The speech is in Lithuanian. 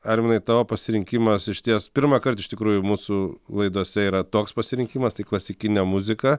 arminai tavo pasirinkimas išties pirmąkart iš tikrųjų mūsų laidose yra toks pasirinkimas tai klasikinė muzika